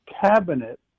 cabinet